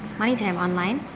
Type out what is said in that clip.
money to him online.